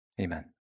Amen